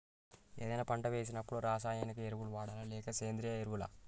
ఏదైనా పంట వేసినప్పుడు రసాయనిక ఎరువులు వాడాలా? లేక సేంద్రీయ ఎరవులా?